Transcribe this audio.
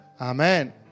Amen